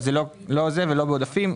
זה לא זה ולא בעודפים.